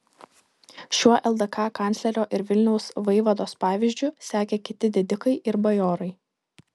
šiuo ldk kanclerio ir vilniaus vaivados pavyzdžiu sekė kiti didikai ir bajorai